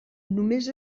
només